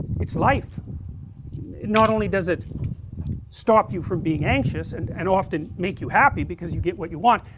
it's life not only does it stop you from being anxious and and often make you happy because you get what you want,